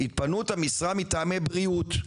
התפנות המשרה מטעמי בריאות,